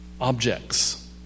objects